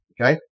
okay